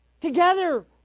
together